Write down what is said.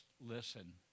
listen